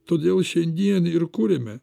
todėl šiandien ir kuriame